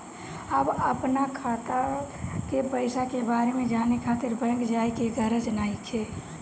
अब अपना खाता के पईसा के बारे में जाने खातिर बैंक जाए के गरज नइखे